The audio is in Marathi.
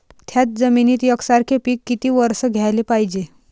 थ्याच जमिनीत यकसारखे पिकं किती वरसं घ्याले पायजे?